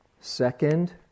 Second